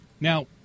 Now